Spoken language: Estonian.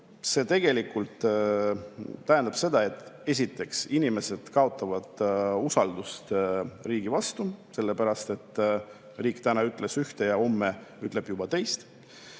see tegelikult tähendab seda, et esiteks, inimesed kaotavad usalduse riigi vastu, sellepärast et riik täna ütles ühte ja homme ütleb juba teist.